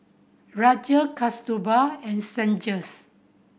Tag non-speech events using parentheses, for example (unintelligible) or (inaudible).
Rajesh Kasturba and Sanjeev (unintelligible)